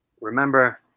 remember